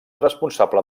responsable